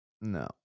No